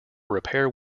repair